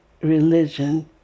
religion